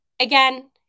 again